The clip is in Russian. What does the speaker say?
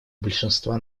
большинства